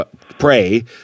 pray